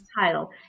title